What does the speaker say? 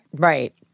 Right